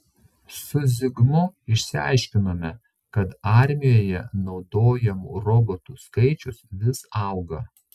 su zigmu išsiaiškinome kad armijoje naudojamų robotų skaičius vis auga